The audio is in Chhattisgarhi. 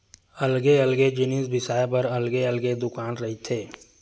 अलगे अलगे जिनिस बिसाए बर अलगे अलगे दुकान रहिथे